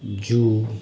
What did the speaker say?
zoo